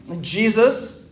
Jesus